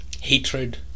hatred